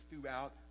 throughout